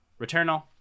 Returnal